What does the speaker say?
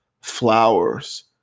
flowers